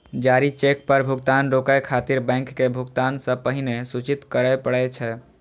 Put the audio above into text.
जारी चेक पर भुगतान रोकै खातिर बैंक के भुगतान सं पहिने सूचित करय पड़ै छै